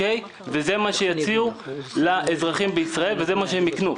זה מה שיציעו לאזרחים בישראל וזה מה שהם יקנו.